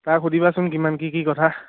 তাক সুধিবাচোন কিমান কি কি কথা